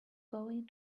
going